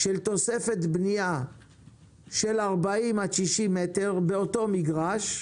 של תוספת בנייה של 40-60 מטר באותו מגרש,